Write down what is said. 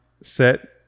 set